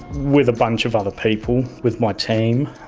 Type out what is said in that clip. with a bunch of other people, with my team,